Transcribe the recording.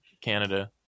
canada